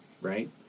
right